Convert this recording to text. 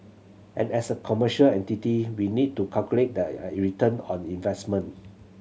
and as a commercial entity we need to calculate that I return on investment